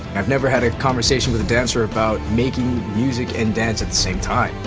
i've never had a conversation with a dancer about making music and dance at the same time.